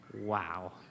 Wow